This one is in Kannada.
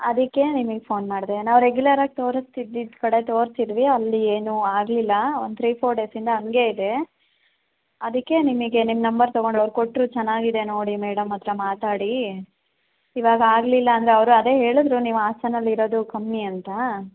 ಅದಕ್ಕೆ ನಿಮಗೆ ಫೋನ್ ಮಾಡಿದೆ ನಾವು ರೆಗ್ಯುಲರಾಗಿ ತೋರಿಸ್ತಿದ್ದಿದ್ದ ಕಡೆ ತೋರಿಸಿದ್ವಿ ಅಲ್ಲಿ ಏನೂ ಆಗಲಿಲ್ಲ ಒಂದು ತ್ರೀ ಫೋರ್ ಡೇಸಿಂದ ಹಾಗೆ ಇದೆ ಅದಕ್ಕೆ ನಿಮಗೆ ನಿಮ್ಮ ನಂಬರ್ ತೊಗೊಂಡು ಅವ್ರು ಕೊಟ್ಟರು ಚೆನ್ನಾಗಿದೆ ನೋಡಿ ಮೇಡಮ್ ಹತ್ರ ಮಾತಾಡಿ ಇವಾಗ ಆಗಲಿಲ್ಲ ಅಂದರೆ ಅವರು ಅದೇ ಹೇಳಿದ್ರು ನೀವು ಹಾಸನದಲ್ಲಿ ಇರೋದು ಕಮ್ಮಿ ಅಂತ